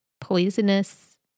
poisonous